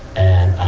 and i